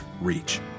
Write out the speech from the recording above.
reach